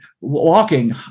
walking